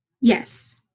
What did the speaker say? yes